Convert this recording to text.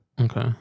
Okay